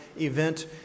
event